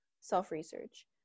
self-research